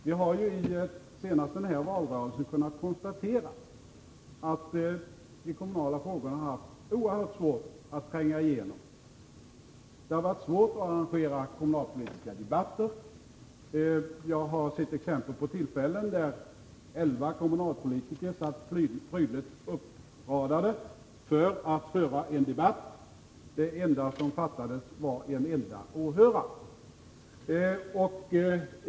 Vi har senast under höstens valrörelse kunnat konstatera att de kommunala frågorna haft oerhört svårt att tränga igenom. Det har varit svårt att arrangera kommunalpolitiska debatter. Jag kan som exempel ta ett tillfälle då elva kommunalpolitiker satt prydligt uppradade för att föra en debatt. Det enda som fattades var en enda åhörare.